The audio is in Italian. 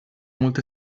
molta